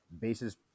bases